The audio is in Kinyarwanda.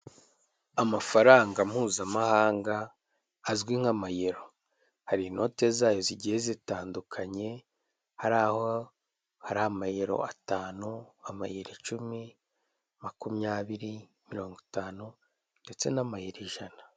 Amafaranga mpuzamahanga azwi nk'amayero. Hari inote zayo zigiye zitandukanye, hari aho hari amayero atanu, amayero icumi, makumyabiri, mirongo itanu ndetse n'amayero ijana.